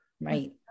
Right